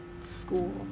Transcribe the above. school